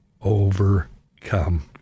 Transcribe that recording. overcome